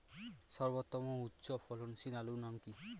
সর্বোত্তম ও উচ্চ ফলনশীল আলুর নাম কি?